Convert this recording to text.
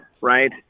right